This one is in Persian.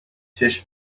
چشم